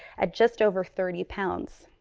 at just over thirty pounds.